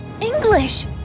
English